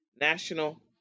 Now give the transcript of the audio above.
National